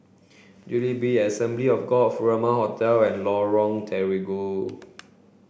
Jubilee Assembly of God Furama Hotel and Lorong Terigu